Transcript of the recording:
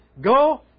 Go